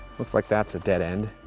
looks like that's a dead end.